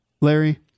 Larry